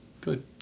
Good